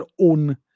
own